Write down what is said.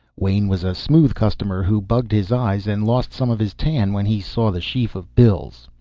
wain was a smooth customer who bugged his eyes and lost some of his tan when he saw the sheaf of bills.